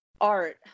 art